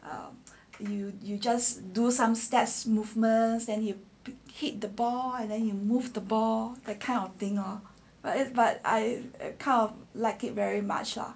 err you you just do some steps movements and you hit the ball and then you move the ball that kind of thing ah but it's but I kind of like it very much ah